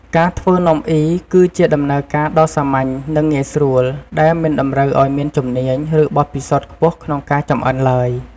ការធ្វើនំអុីគឺជាដំណើរការដ៏សាមញ្ញ និងងាយស្រួល ដែលមិនតម្រូវឱ្យមានជំនាញ ឬបទពិសោធន៍ខ្ពស់ក្នុងការចម្អិនឡើយ។